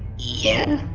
yeah?